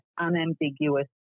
unambiguous